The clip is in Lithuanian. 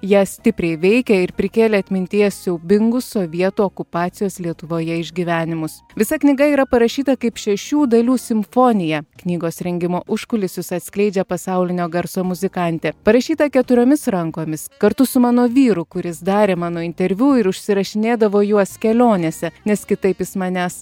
ją stipriai veikė ir prikėlė atmintyje siaubingų sovietų okupacijos lietuvoje išgyvenimus visa knyga yra parašyta kaip šešių dalių simfonija knygos rengimo užkulisius atskleidžia pasaulinio garso muzikantė parašytą keturiomis rankomis kartu su mano vyru kuris darė mano interviu ir užsirašinėdavo juos kelionėse nes kitaip jis manęs